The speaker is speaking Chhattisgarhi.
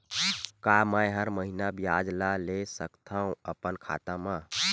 का मैं हर महीना ब्याज ला ले सकथव अपन खाता मा?